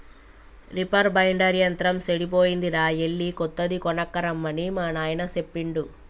reaper binder యంత్రం సెడిపోయిందిరా ఎళ్ళి కొత్తది కొనక్కరమ్మని మా నాయిన సెప్పిండు